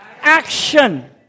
action